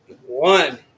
One